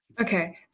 Okay